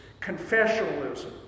Confessionalism